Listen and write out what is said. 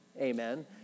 amen